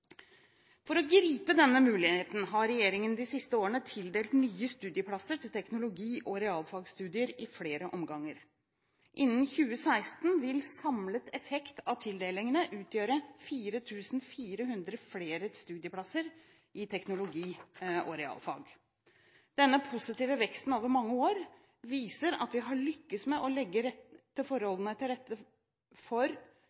For å gripe denne muligheten har regjeringen de siste årene tildelt nye studieplasser til teknologi- og realfagsstudier i flere omganger. Innen 2016 vil samlet effekt av tildelingene utgjøre 4 400 flere studieplasser i teknologi- og realfag. Denne positive veksten over mange år viser at vi har lyktes med å legge forholdene til rette for